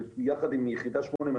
ביחד עם יחידה 8200,